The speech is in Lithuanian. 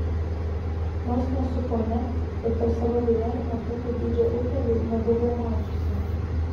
nors nesu ponia bet per savo gyvenimą tokio dydžio utėlių nebuvau mačiusi